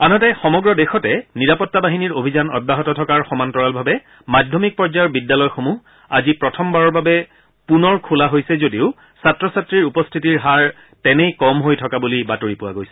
আনহাতে সমগ্ৰ দেশতে নিৰাপত্তা বাহিনীৰ অভিযান অব্যাহত থকাৰ সমান্তৰালভাৱে মাধ্যমিক পৰ্যায়ৰ বিদ্যালয়সমূহ আজি প্ৰথমবাৰৰ বাবে পুনৰ খোলা হৈছে যদিও ছাত্ৰ ছাত্ৰীৰ উপস্থিতিৰ হাৰ তেনেই কম হৈ থকা বুলি বাতৰি পোৱা গৈছে